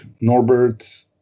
Norbert